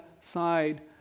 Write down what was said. side